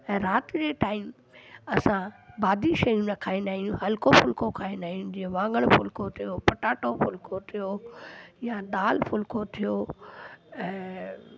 ऐं राति जे टाइम असां बादी शयूं न खाईंदा आहियूं हलको फुलको खाईंदा आहियूं जीअं वांङण फुलको थियो पटाटो फुलको थियो या दालि फुलको थियो ऐं